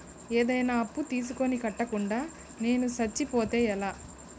ఏదైనా అప్పు తీసుకొని కట్టకుండా నేను సచ్చిపోతే ఎలా